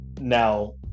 now